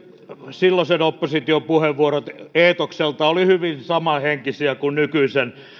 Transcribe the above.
silloisen opposition puheenvuorot eetokseltaan olivat hyvin samanhenkisiä kuin nykyisen